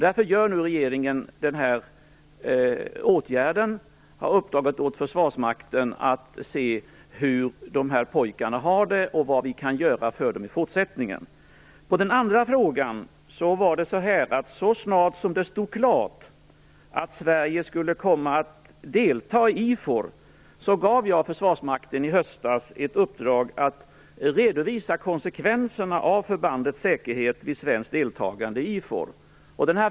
Därför vidtar regeringen nu den här åtgärden att uppdra åt Försvarsmakten att se hur dessa pojkar har det och vad vi kan göra för dem i fortsättningen. Beträffande den andra frågan var det så här. Så snart det stod klart att Sverige skulle komma att delta i IFOR gav jag i höstas Försvarsmakten i uppdrag att redovisa konsekvenserna för förbandets säkerhet av ett svenskt deltagande i IFOR.